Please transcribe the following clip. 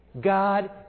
God